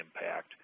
impact